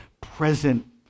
present